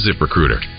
ZipRecruiter